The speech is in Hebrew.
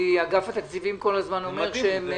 אגף התקציבים כל הזמן אומר שהם